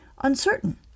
uncertain